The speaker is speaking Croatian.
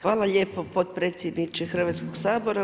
Hvala lijepo potpredsjedniče Hrvatskoga sabora.